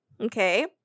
Okay